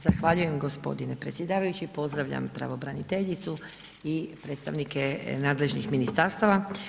Zahvaljujem gospodine predsjedavajući, pozdravljam pravobraniteljicu i predstavnike nadležnih ministarstava.